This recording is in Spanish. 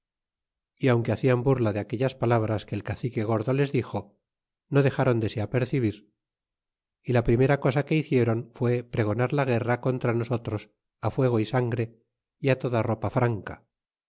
y aunque hacian burla de aquellas palabras que el cacique gordo les dixo no dexáron de se apercebir y la primer cosa que hicieron fue pregonar guerra contra nosotros fuego y sangre y toda ropa franca